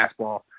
fastball